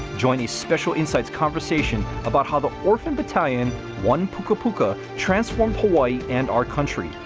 join a special insights conversation about how the orphan battalion one-puka-puka transformed hawai'i and our country.